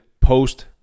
post